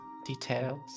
details